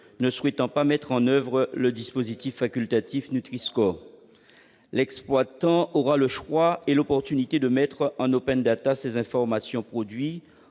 ne souhaitent pas mettre en oeuvre le dispositif facultatif Nutri-score. L'exploitant aura le choix et l'occasion de mettre en ses informations produit